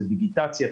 זה דיגיטציה,